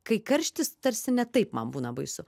kai karštis tarsi ne taip man būna baisu